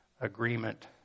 agreement